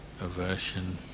aversion